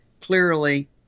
clearly